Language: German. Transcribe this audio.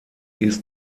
ist